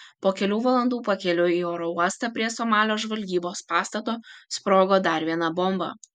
po kelių valandų pakeliui į oro uostą prie somalio žvalgybos pastato sprogo dar viena bomba